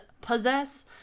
possess